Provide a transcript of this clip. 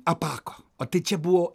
apako o tai čia buvo